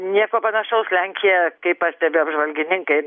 nieko panašaus lenkija kaip pastebi apžvalgininkai